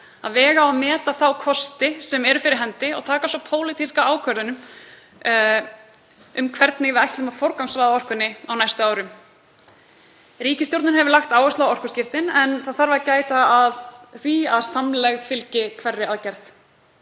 að vega og meta þá kosti sem eru fyrir hendi og taka svo pólitíska ákvörðun um hvernig við ætlum að forgangsraða orkunni á næstu árum. Ríkisstjórnin hefur lagt áherslu á orkuskiptin en það þarf að gæta að því að samlegð fylgi hverri aðgerð.